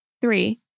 three